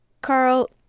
Carl